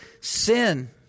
sin